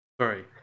sorry